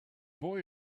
boy